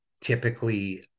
typically